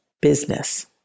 business